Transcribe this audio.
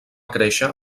créixer